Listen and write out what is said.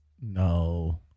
No